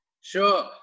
Sure